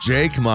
Jake